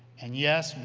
and yes,